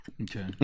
Okay